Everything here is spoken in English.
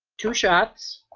two shots.